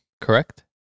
correct